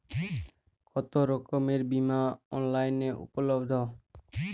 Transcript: কতোরকমের বিমা অনলাইনে উপলব্ধ?